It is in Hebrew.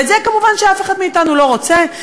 ואת זה כמובן אף אחד מאתנו אינו רוצה.